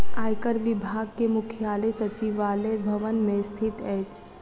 आयकर विभाग के मुख्यालय सचिवालय भवन मे स्थित अछि